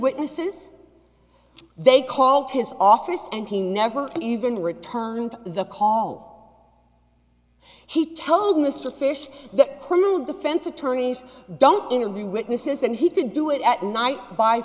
witnesses they called his office and he never even returned the call he told mr fyshe that criminal defense attorneys don't interview witnesses and he could do it at night by